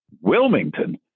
Wilmington